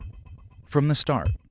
from the start,